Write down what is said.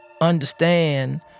understand